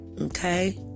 Okay